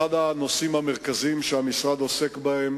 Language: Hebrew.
אחד הנושאים המרכזיים שהמשרד עוסק בהם